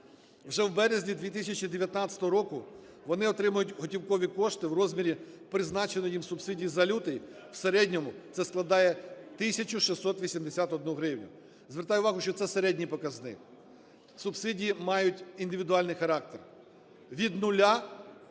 вже в березні 2019 року вони отримають готівкові кошти в розмірі призначеної їм субсидії за лютий, в середньому це складає тисячу 681 гривню, звертаю увагу, що це середній показник. Субсидії мають індивідуальний характер: від нуля